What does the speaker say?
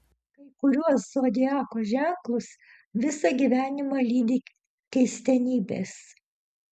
kai kuriuos zodiako ženklus visą gyvenimą lydi keistenybės